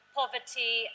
poverty